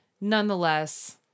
nonetheless